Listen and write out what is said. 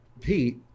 Pete